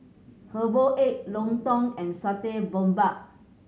herbal egg lontong and Satay Babat